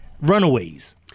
Runaways